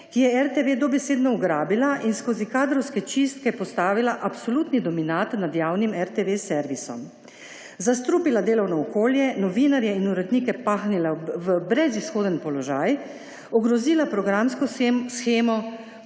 ki je RTV dobesedno ugrabila in skozi kadrovske čistke postavila absolutni dominat nad javnim RTV servisom, zastrupila delovno okolje, novinarje in urednike pahnila v brezizhoden položaj, ogrozila programsko shemo,